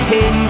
Hey